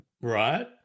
Right